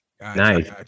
Nice